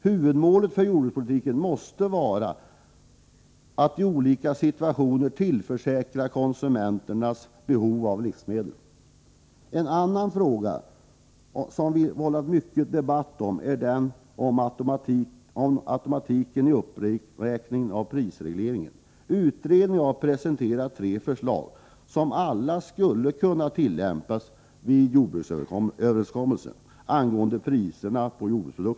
Huvudmålet för jordbrukspolitiken måste vara att i olika situationer tillförsäkra konsumenterna livsmedel. En annan fråga som vållat mycken debatt är frågan om den automatiska uppräkningen inom prisregleringens ram. Utredningen har presenterat tre alternativ, som alla skulle kunna tillämpas vid jordbruksöverenskommelser avseende priser på jordbruksprodukter.